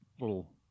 little